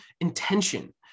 intention